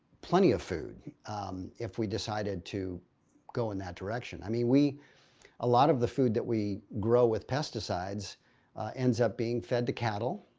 plenty of food if we decided to go in that direction. i mean, a ah lot of the food that we grow with pesticides ends up being fed to cattle.